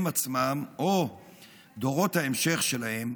הם עצמם או דורות ההמשך שלהם,